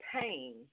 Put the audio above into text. pain